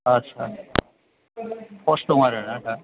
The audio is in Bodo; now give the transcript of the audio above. आदसा पस्ट दं आरो ना दा